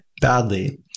badly